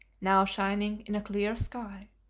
now shining in a clear sky.